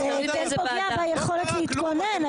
זה פוגע ביכולת להתכונן.